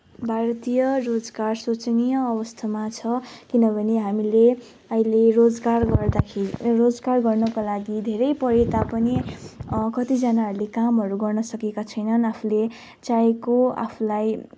भारतीय रोजगार सोचनीय अवस्थामा छ किनभने हामीले अहिले रोजगार गर्दाखेरि रोजगार गर्नको लागि धेरै पढे तापनि कतिजानाहरूले कामहरू गर्न सकेका छैनन् आफूले चाहेको आफूलाई